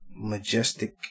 majestic